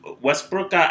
Westbrook